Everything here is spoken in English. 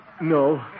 No